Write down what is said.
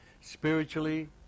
spiritually